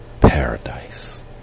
Paradise